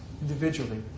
individually